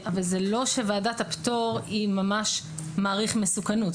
אבל זה לא שוועדת הפטור היא ממש מעריך מסוכנות.